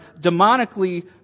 demonically